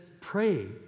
Pray